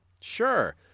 Sure